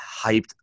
hyped